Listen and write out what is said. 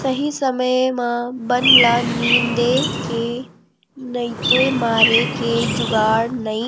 सही समे म बन ल निंदे के नइते मारे के जुगाड़ नइ